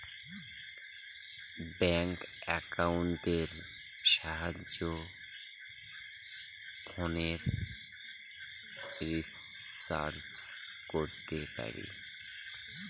bank একাউন্টের সাহায্যে ফোনের রিচার্জ করতে পারি